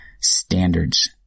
standards